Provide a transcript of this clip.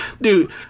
Dude